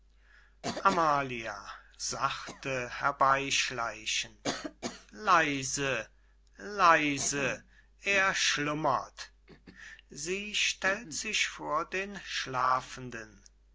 schleichend leise leise er schlummert sie stellt sich vor den schlafenden